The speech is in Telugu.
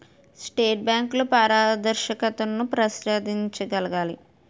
సెంట్రల్ బ్యాంకులు పారదర్శకతను ప్రదర్శించగలగాలి